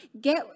get